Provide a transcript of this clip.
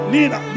Nina